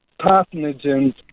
pathogens